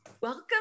welcome